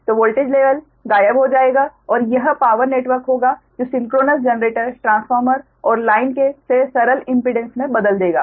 तो voltage level गायब हो जाएगा और यह पावर नेटवर्क होगा जो सिंक्रोनस जनरेटर ट्रांसफार्मर और लाइन से सरल इम्पीडेंस मे बदल देगा